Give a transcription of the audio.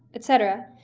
etc.